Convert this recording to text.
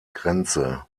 grenze